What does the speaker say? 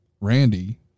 Randy